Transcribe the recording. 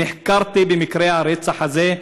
נחקרתי במקרה הרצח הזה,